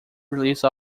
release